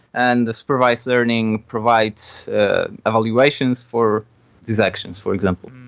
and the supervised learning provides evaluations for these actions, for example.